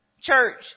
church